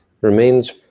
Remains